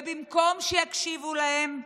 ובמקום שיקשיבו להם,